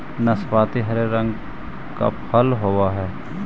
नाशपाती हरे रंग का फल होवअ हई